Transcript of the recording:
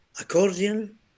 accordion